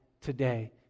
today